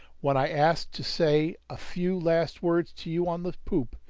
when i asked to say a few last words to you on the poop,